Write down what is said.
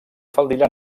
faldilla